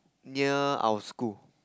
near our school